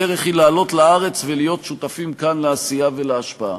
הדרך היא לעלות לארץ ולהיות שותפים כאן לעשייה ולהשפעה.